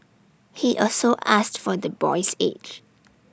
he also asked for the boy's age